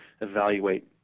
evaluate